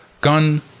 gun